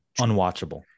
unwatchable